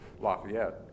Lafayette